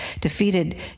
defeated